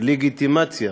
לגיטימציה